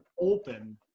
open